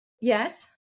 yes